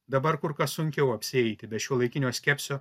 dabar kur kas sunkiau apsieiti be šiuolaikinio skepsio